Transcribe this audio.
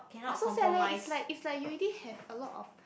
but so sad leh is like is like you already have a lot of